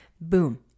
Boom